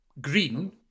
green